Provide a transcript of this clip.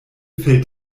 fällt